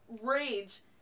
rage